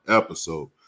episode